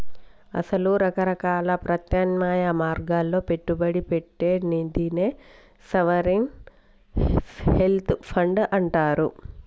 అసల రకరకాల ప్రత్యామ్నాయ మార్గాల్లో పెట్టుబడి పెట్టే నిదినే సావరిన్ వెల్త్ ఫండ్ అంటారు